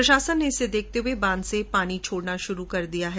प्रशासन ने इसे देखते हुए बांध से पानी छोड़ना शुरू कर दिया है